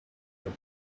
your